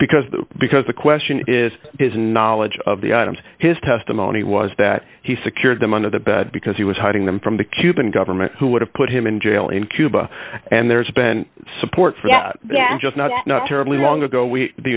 because because the question is does knowledge of the items his testimony was that he secured them under the bed because he was hiding them from the cuban government who would have put him in jail in cuba and there's been support for that just not terribly long ago we the